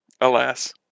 Alas